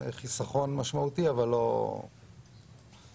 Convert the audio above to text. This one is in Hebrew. חיסכון משמעותי אבל לא דרמטי,